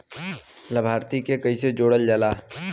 लभार्थी के कइसे जोड़ल जाला?